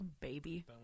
Baby